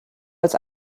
als